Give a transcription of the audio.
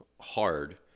hard